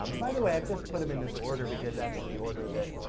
um by the way, i've just put them in this order because that's the order that,